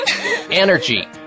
energy